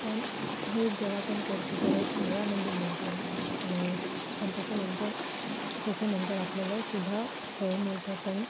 पण हे जेव्हा आपण करतो तेव्हा एक वेगळा आनंद मिळतो आणि पण त्याच्यानंतर त्याचं नंतर आपल्याला सुद्धा फळ मिळतं पण